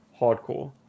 hardcore